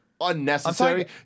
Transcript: unnecessary